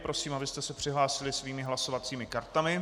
Prosím, abyste se přihlásili svými hlasovacími kartami.